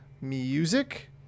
music